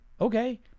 Okay